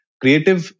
creative